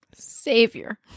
Savior